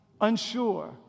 Unsure